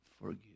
forgive